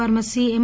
pharmacy M